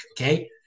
okay